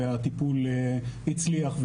והטיפול הצליח,